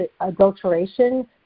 adulteration